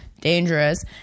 dangerous